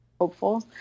hopeful